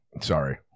Sorry